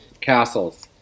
castles